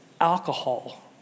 alcohol